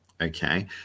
okay